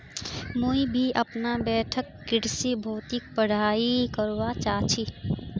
मुई भी अपना बैठक कृषि भौतिकी पढ़ाई करवा चा छी